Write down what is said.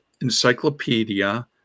Encyclopedia